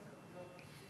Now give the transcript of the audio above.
בנפרד.